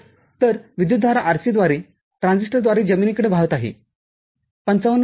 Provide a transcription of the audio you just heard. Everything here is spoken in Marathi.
तर विद्युतधारा RC द्वारे ट्रान्झिस्टर द्वारे जमिनीकडे वाहत आहे५५ मिली वॅट